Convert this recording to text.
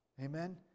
Amen